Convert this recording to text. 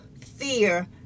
fear